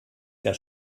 der